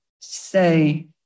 say